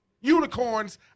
unicorns